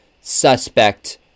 suspect